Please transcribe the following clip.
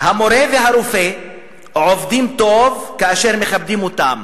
המורה והרופא עובדים טוב כאשר מכבדים אותם.